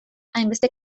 hainbeste